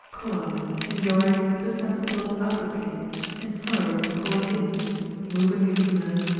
choler in joy, to send the blood outwardly in sorrow, to call it in moving the humours,